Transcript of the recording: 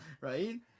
right